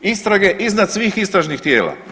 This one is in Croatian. Istrage iznad svih istražnih tijela.